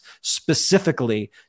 specifically